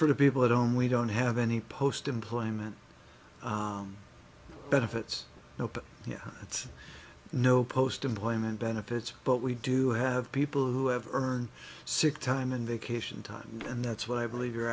for the people who don't we don't have any post employment benefits nope it's no post employment benefits but we do have people who have earned sick time and vacation time and that's what i believe you're